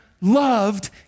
loved